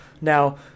Now